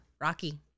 Rocky